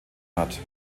hat